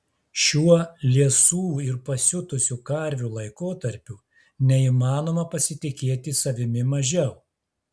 šiuo liesų ir pasiutusių karvių laikotarpiu neįmanoma pasitikėti savimi mažiau